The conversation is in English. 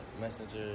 Messenger